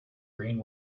green